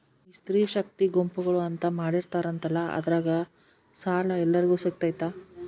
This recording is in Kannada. ಈ ಸ್ತ್ರೇ ಶಕ್ತಿ ಗುಂಪುಗಳು ಅಂತ ಮಾಡಿರ್ತಾರಂತಲ ಅದ್ರಾಗ ಸಾಲ ಎಲ್ಲರಿಗೂ ಸಿಗತೈತಾ?